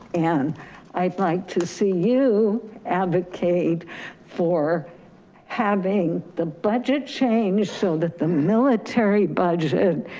and i'd like to see you advocate for having the budget changed so that the military budget